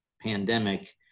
pandemic